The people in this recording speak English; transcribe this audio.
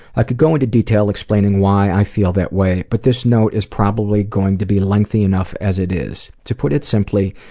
i could go into detail to explain and why i feel that way but this note is probably going to be lengthy enough as it is. to put it simply,